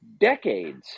decades